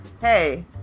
hey